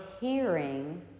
hearing